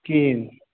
کِہیٖنۍ